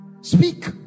Speak